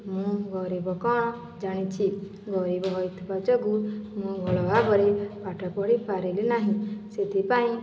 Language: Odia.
ମୁଁ ଗରିବ କଣ ଜାଣିଛି ଗରିବ ହୋଇଥିବା ଯୋଗୁଁ ମୁଁ ଭଲ ଭାବରେ ପାଠ ପଢ଼ି ପାରିଲି ନାହିଁ ସେଥିପାଇଁ